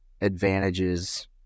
advantages